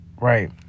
right